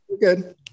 Good